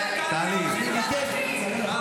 כי בזה אתה יותר מצוי, נראה לי.